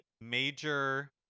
major